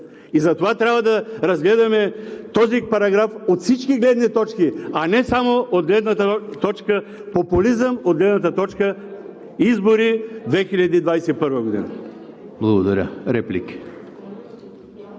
И затова трябва да разгледаме този параграф от всички гледни точки, а не само от гледната точка популизъм, от гледната точка избори 2021 г. ПРЕДСЕДАТЕЛ